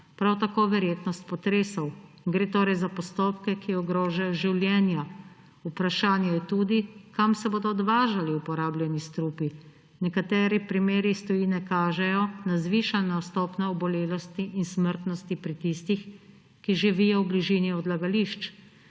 prav tako verjetnost potresov. Gre torej za postopke, kjer ogrožajo življenje. Vprašanje je tudi, kam se bodo odvažali uporabljeni strupi. Nekateri primeri iz tujine kažejo na zvišano stopnjo obolelosti in smrtnosti pri tistih, ki živijo v bližini odlagališč